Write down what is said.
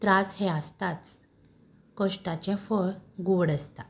त्रास हे आसताच कश्टाचें फळ गोड आसता